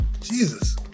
Jesus